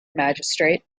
magistrate